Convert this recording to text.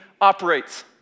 operates